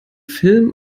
filmen